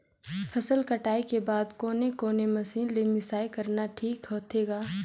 फसल कटाई के बाद कोने कोने मशीन ले मिसाई करना ठीक होथे ग?